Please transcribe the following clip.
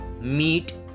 meat